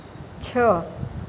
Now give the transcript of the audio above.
છ